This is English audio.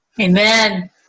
amen